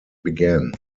began